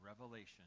revelation